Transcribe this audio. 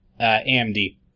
AMD